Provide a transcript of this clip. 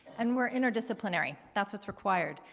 and we're interdisciplinary. that's what's required.